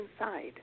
inside